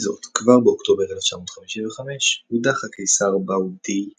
עם זאת, כבר באוקטובר 1955 הודח הקיסר באו דאי